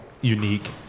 unique